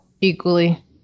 Equally